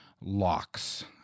locks